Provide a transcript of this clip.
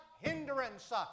hindrance